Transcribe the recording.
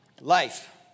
life